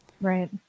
Right